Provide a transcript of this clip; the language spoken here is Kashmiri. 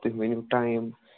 تُہۍ ؤنِو ٹایِم